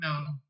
no